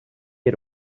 had